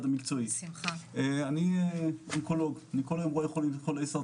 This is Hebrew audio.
אני אונקולוג, כל היום רואה חולי סרטן.